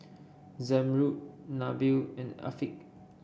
Zamrud Nabil and Afiq